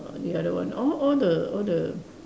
uh the other one all all the all the